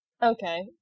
Okay